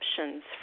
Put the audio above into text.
options